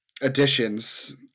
additions